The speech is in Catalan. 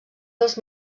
dels